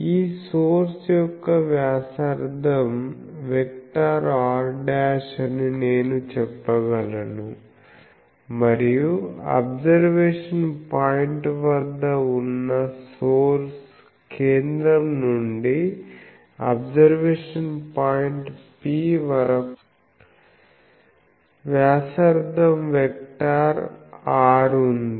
ఈ సోర్స్ యొక్క వ్యాసార్థం వెక్టర్ r' అని నేను చెప్పగలను మరియు అబ్సర్వేషన్ పాయింట్ వద్ద ఉన్న సోర్స్ కేంద్రం నుండి అబ్సర్వేషన్ పాయింట్ P వరకు వ్యాసార్థం వెక్టర్ R ఉంది